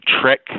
trick